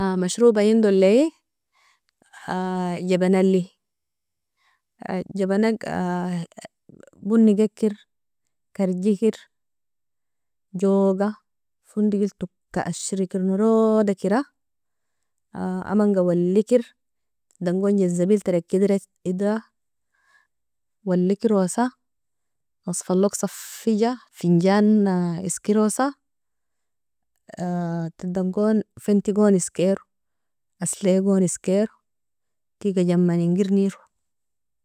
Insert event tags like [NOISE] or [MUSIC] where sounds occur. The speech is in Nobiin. Mashroba [HESITATION] iendole jabanali, jabanagi [HESITATION] boni gekir karjikir joga fondigil toka ashirikir noroda kera, [HESITATION] amanga walikir tadangon janzabil tarekidra [HESITATION] idra walikerosa masfalog safija finjan iskerosa [HESITATION] tadangon fantigon iskero asligon iskero tiga jaman inger nero.